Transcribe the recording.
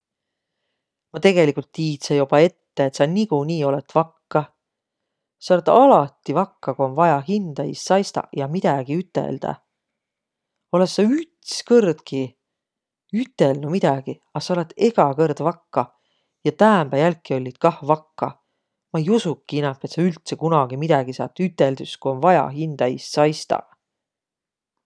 Ma tegeligult tiidse joba ette, et sa nigunii olõt vakka. Saolõt alati vakka, ku om vaia hindä iist saistaq ja midägi üteldäq. Olõs sa üts kõrdki ütelnüq midägi, a sa olõt egä kõrd vakka ja täämbä jälki ollit kah vakka. Ma ei usuki inämb, et sa üldse kunagi midägi saat üteldüs, ku om vaja hindä iist saistaq.